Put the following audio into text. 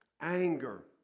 Anger